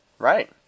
Right